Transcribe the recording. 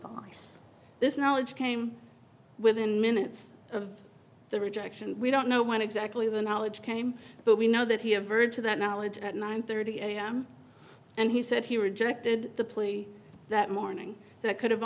box this knowledge came within minutes of the rejection we don't know when exactly the knowledge came but we know that he averred to that knowledge at nine thirty am and he said he rejected the plea that morning so it could have